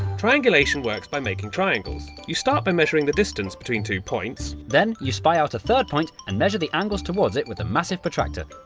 triangulation works by making triangles. you start by measuring the distance between two points. then you spy out a third point and measure the angles towards it with a massive protractor.